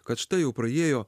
kad štai jau praėjo